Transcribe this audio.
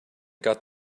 got